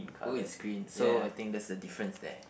oh it's green so I think that's the difference there